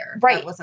Right